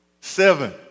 Seven